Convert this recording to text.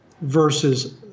versus